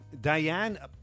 Diane